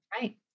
Right